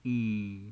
mm